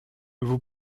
vous